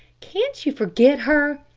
can't you forget her?